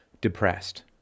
depressed